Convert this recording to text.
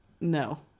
No